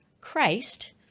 Christ